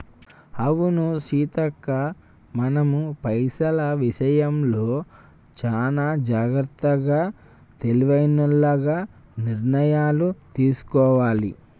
అవును సీతక్క మనం పైసల విషయంలో చానా జాగ్రత్తగా తెలివైనోల్లగ నిర్ణయాలు తీసుకోవాలి